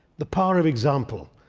the power of example,